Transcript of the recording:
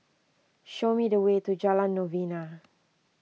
show me the way to Jalan Novena